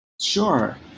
Sure